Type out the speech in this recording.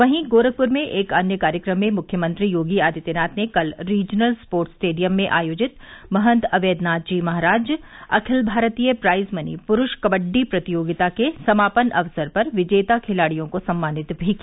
वहीं गोरखपुर में एक अन्य कार्यक्रम में मुख्यमंत्री योगी आदित्यनाथ ने कल रीजनल स्पोर्ट्स स्टेडियम में आयोजित महंत अवेद्यनाथ जी महाराज अखिल भारतीय प्राइजमनी पुरुष कबड्डी प्रतियोगिता के समापन अवसर पर विजेता खिलाड़ियों को सम्मानित भी किया